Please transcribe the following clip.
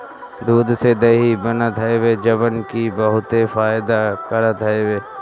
दूध से दही बनत हवे जवन की बहुते फायदा करत हवे